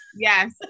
Yes